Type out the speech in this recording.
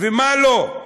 ומה לא,